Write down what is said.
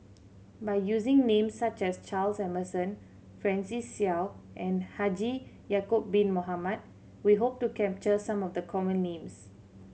by using names such as Charles Emmerson Francis Seow and Haji Ya'acob Bin Mohamed we hope to capture some of the common names